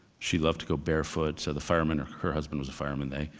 she loved to go barefoot. so the firemen, her husband was a fireman, they,